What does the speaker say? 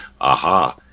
aha